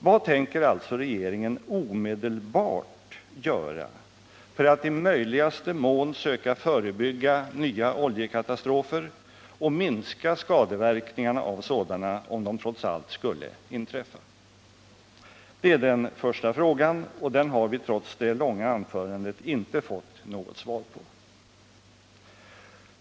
Vad tänker alltså regeringen omedelbart göra för att i möjligaste mån söka förebygga nya oljekatastrofer och minska skadeverkningarna av sådana, om de trots allt skulle inträffa? Det är den första frågan, och den har vi trots det långa anförandet inte fått något svar på.